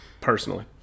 personally